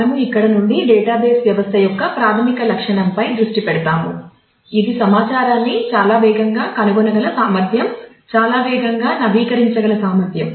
మనము ఇక్కడ నుండి డేటాబేస్ వ్యవస్థ యొక్క ప్రాథమిక లక్షణంపై దృష్టి పెడతాము ఇది సమాచారాన్ని చాలా వేగంగా కనుగొనగల సామర్థ్యం చాలా వేగంగా నవీకరించగల సామర్థ్యం